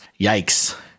Yikes